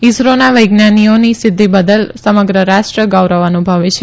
ઈસરોના વિજ્ઞાનીઓની સિધ્ધી બદલ સમગ્ર રાષ્ટ્ર ગૌરવ અનુભવે છે